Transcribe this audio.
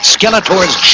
Skeletor's